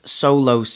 solo